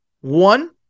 One